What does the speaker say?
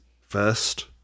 first